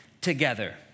together